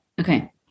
okay